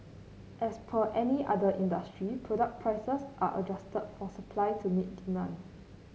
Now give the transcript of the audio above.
as per any other industry product prices are adjusted for supply to meet demand